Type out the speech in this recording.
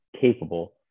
capable